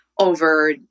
over